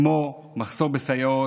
כמו מחסור בסייעות,